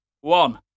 one